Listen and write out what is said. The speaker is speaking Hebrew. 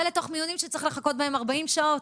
ולתוך מיונים שצריך לחכות בהם 40 שעות,